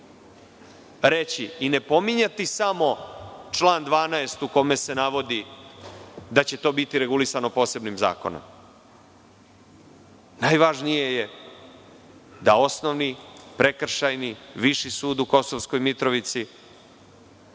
reći i ne pominjati samo član 12. u kome se navodi da će to biti regulisano posebnim zakonom? Najvažnije je da osnovni, prekršajni, viši sud u Kosovskoj Mitrovici,